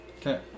Okay